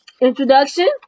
introduction